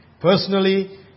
personally